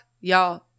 y'all